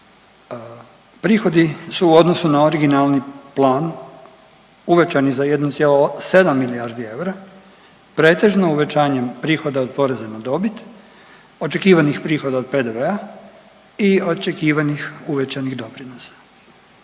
Prihodi su u odnosu na originalni plan uvećani za 1,7 milijardi eura pretežno uvećanjem prihoda od poreza na dobit, očekivanih prihoda od PDV-a i očekivanih uvećanih doprinosa.